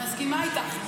היא מסכימה איתך.